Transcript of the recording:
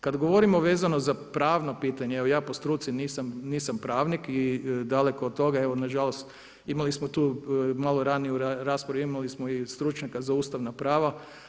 Kad govorimo vezano za pravno pitanje, evo ja po struci nisam pravnik i daleko od toga na žalost imali smo tu malo raniju raspravu, imali smo i stručnjaka za ustavna prava.